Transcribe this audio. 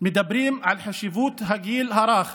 מדברים על חשיבות הגיל הרך,